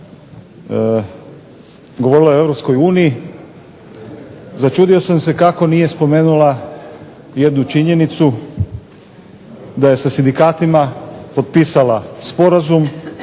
Europskoj uniji, začudio sam se kako nije spomenula jednu činjenicu da je sa sindikatima potpisala sporazum